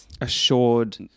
assured